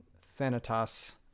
thanatos